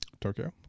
Tokyo